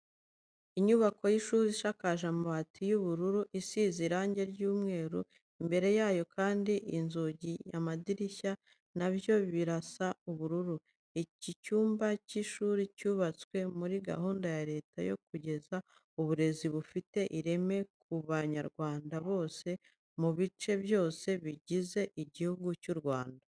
Inyubako y'ishuri isakaje amabati y'ubururu, isize irange ry'umweru, imbere yayo kandi inzugi n'amadirishya na byo birasa ubururu. Iki cyumba cy'ishuri cyubatswe muri gahunda ya Leta yo kugeza uburezi bufite ireme ku banyarwanda bose mu bice byose bigize igihugu cy'u Rwanda.